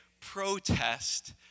protest